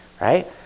right